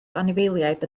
anifeiliaid